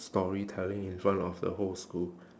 storytelling in front of the whole school